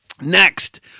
Next